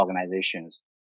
organizations